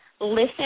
listen